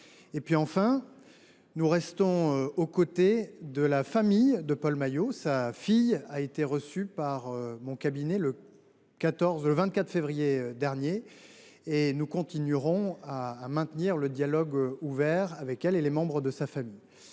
Enfin, nous restons aux côtés de la famille de Paul Maillot. Sa fille a été reçue par mon cabinet le 24 février dernier et nous veillerons à maintenir le dialogue avec les différents membres de sa famille.